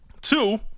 Two